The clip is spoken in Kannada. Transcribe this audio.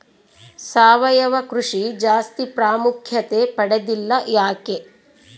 ಸಾವಯವ ಕೃಷಿ ಜಾಸ್ತಿ ಪ್ರಾಮುಖ್ಯತೆ ಪಡೆದಿಲ್ಲ ಯಾಕೆ?